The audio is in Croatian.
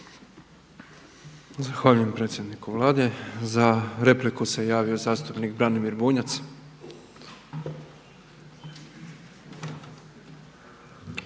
Zahvaljujem predsjedniku Vlade. Za repliku se javio zastupnik Branimir Bunjac.